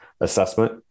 assessment